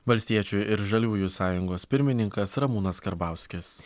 valstiečių ir žaliųjų sąjungos pirmininkas ramūnas karbauskis